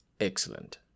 Excellent